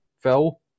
Phil